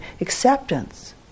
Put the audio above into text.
acceptance